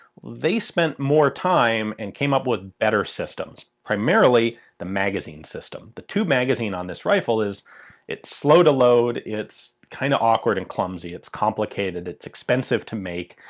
they spent more time and came up with better systems. primarily the magazine system. the tube magazine on this rifle is slow to load, it's kind of awkward and clumsy, it's complicated, it's expensive to make,